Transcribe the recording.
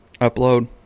upload